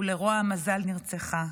ולרוע המזל נרצחה,